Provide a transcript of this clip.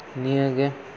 ᱱᱤᱭᱟᱹᱜᱮ